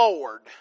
Lord